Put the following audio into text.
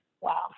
wow